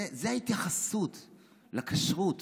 זו ההתייחסות לכשרות.